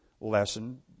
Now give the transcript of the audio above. lesson